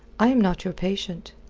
i am not your patient.